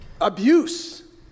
abuse